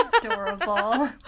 Adorable